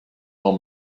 all